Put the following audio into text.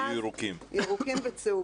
היו ירוקים וצהובים.